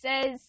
says